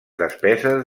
despeses